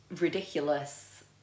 ridiculous